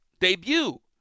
debut